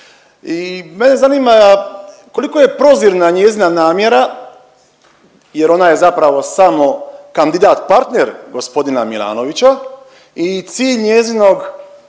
I mene zanima koliko je prozirna njezina namjera jer ona je zapravo samo kandidat partner gospodina Milanovića i cilj njezinog